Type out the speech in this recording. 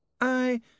I